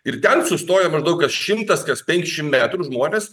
ir ten sustoja maždaug kas šimtas kas penkiasdešim metrų žmonės